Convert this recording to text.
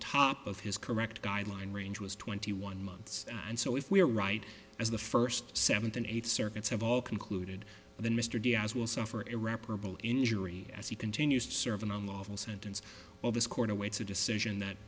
top of his correct guideline range was twenty one months and so if we are right as the first seventh and eighth circuits have all concluded that mr diaz will suffer irreparable injury as he continues to serve an unlawful sentence well this court awaits a decision that